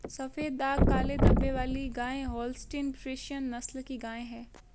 सफेद दाग काले धब्बे वाली गाय होल्सटीन फ्रिसियन नस्ल की गाय हैं